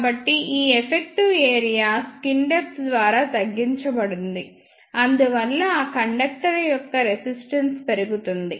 కాబట్టి ఈ effective area skin depth ద్వారా తగ్గించబడింది అందువల్ల ఆ కండక్టర్ యొక్క రెసిస్టెన్స్ పెరుగుతుంది